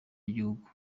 y’igihugu